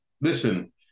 Listen